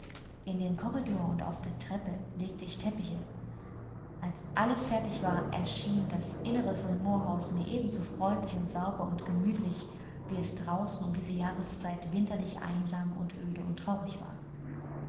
in den korridor und auf die treppe legte ich teppiche als alles fertig war erschien das innere von moor house mir ebenso freundlich und sauber und gemütlich wie es draußen um diese jahreszeit winterlich einsam und öde und traurig war